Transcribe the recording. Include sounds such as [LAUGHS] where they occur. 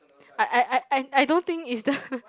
I I I I I don't think it's the [LAUGHS]